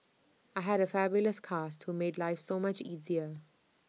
I had A fabulous cast who made life so much easier